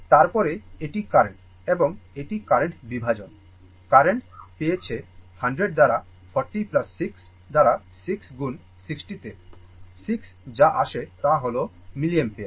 তারপরে এটি কারেন্ট এবং এটি কারেন্ট বিভাজন কারেন্ট পেয়েছে 100 দ্বারা 40 6 দ্বারা 6 গুণ 60 তে 6 যা আসে তা হল মিলিঅ্যাম্পিয়ার